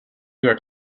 jak